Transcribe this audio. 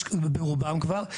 יש ברובן כבר.